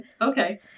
Okay